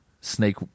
snake